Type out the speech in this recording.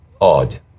odd